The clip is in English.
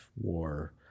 war